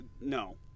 no